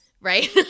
Right